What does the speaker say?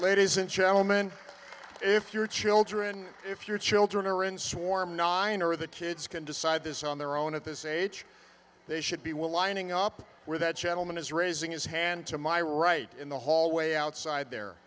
ladies and gentlemen if your children if your children are in shoreham non or the kids can decide this on their own at this age they should be well lining up where the gentleman is raising his hand to my right in the hallway outside the